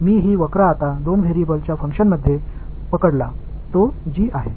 எனவே இந்த வளைவை இரண்டு மாறிகளின் பங்க்ஷன்னால் கைப்பற்றியுள்ளேன் இது g ஆகும்